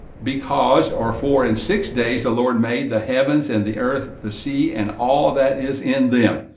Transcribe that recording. because or for in six days the lord made the heavens and the earth, the sea, and all that is in them.